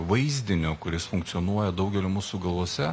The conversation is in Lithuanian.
vaizdiniu kuris funkcionuoja daugelio mūsų galvose